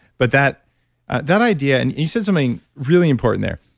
but that that idea and you said something really important there.